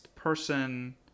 Person